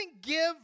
give